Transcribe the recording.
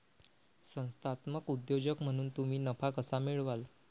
संस्थात्मक उद्योजक म्हणून तुम्ही नफा कसा मिळवाल?